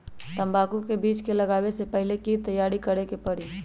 तंबाकू के बीज के लगाबे से पहिले के की तैयारी करे के परी?